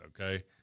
Okay